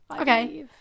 Okay